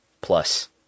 plus